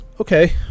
Okay